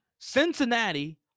Cincinnati